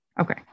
Okay